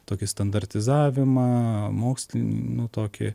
tokį standartizavimą mokslinį nu tokį